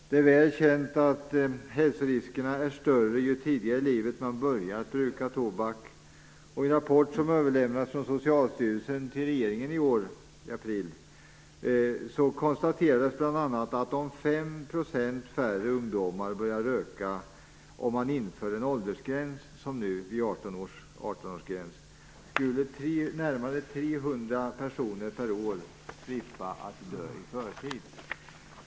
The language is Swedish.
Det är väl känt att hälsoriskerna är större ju tidigare i livet man börjar att bruka tobak, och i en rapport som överlämnades från Socialstyrelsen till regeringen i april i år konstateras bl.a. att om årsgräns skulle närmare 300 personer per år slippa dö i förtid.